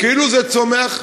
כאילו זה צומח,